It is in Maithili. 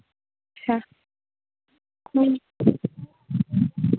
हँ एखुनका टाइम मे तऽ हवा बहबे करै छै